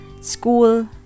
school